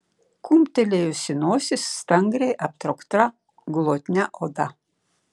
kumptelėjusi nosis stangriai aptraukta glotnia oda